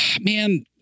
Man